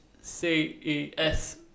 CES